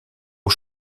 aux